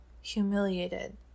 humiliated